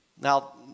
Now